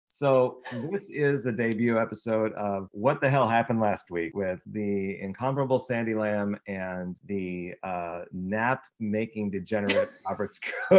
so this is the debut episode of what the hell happened last week with the incomparable sandy lam and the ah nap making degenerate robert skrobe.